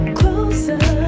closer